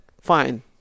fine